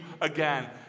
again